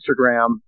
Instagram